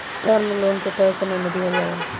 term loan के तय समय में दिहल जाला